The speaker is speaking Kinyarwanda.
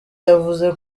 yavuze